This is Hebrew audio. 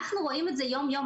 אנחנו רואים את זה יום-יום.